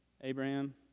Abraham